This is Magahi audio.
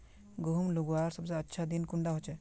गहुम लगवार सबसे अच्छा दिन कुंडा होचे?